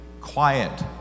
quiet